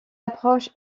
approche